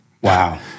Wow